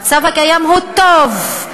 המצב הקיים הוא טוב,